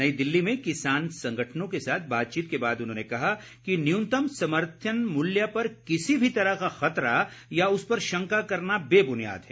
नई दिल्ली में किसान संगठनों के साथ बातचीत के बाद उन्होंने कहा कि न्यूनतम समर्थन मूल्य पर किसी भी तरह का खतरा या उस पर शंका करना बेब्नियाद है